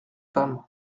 femme